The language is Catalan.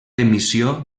emissió